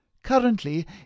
Currently